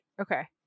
Okay